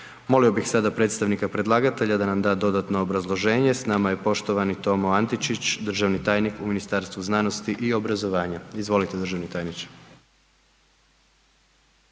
Molio bih sada predstavnika predlagatelja da nam da dodatno obrazloženje, s nama je poštovani Tomo Antičić, državni tajnik u Ministarstvu znanosti i obrazovanja, izvolite državni tajniče.